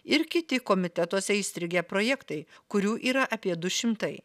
ir kiti komitetuose įstrigę projektai kurių yra apie du šimtai